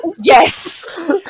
Yes